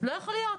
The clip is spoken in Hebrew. לא יכול להיות.